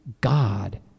God